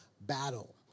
battle